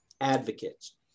advocates